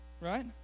right